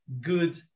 good